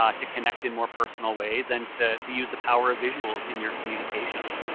um to connect in more personal ways and to to use the power of visuals in your communications.